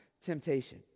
temptation